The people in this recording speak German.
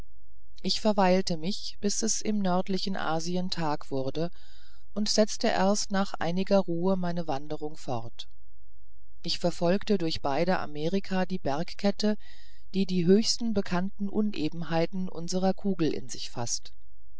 ich verweilte mich bis es im östlichen asien tag wurde und setzte erst nach einiger ruh meine wanderung fort ich verfolgte durch beide amerika die bergkette die die höchsten bekannten unebenheiten unserer kugel in sich faßt